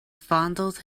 fondled